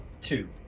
Two